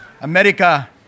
America